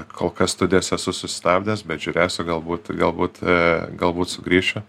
kol kas studijas esu susistabdęs bet žiūrėsiu galbūt galbūt galbūt sugrįšiu